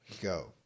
go